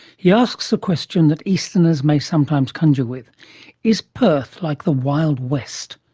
he asks a question that easterners may sometimes conjure with is perth like the wild west?